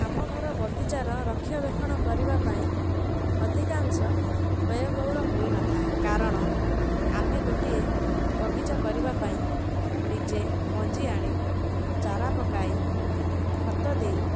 ଆମ ଘର ବଗିଚାର ରକ୍ଷଣାବେକ୍ଷଣ କରିବା ପାଇଁ ଅଧିକାଂଶ ବ୍ୟୟ ବହୁଳ ହୋଇନଥାଏ କାରଣ ଆମେ ଗୋଟିଏ ବଗିଚା କରିବା ପାଇଁ ନିଜେ ମଞ୍ଜି ଆଣି ଚାରା ପକାଇ ଖତ ଦେଇ